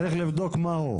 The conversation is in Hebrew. צריך לבדוק מהו.